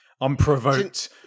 unprovoked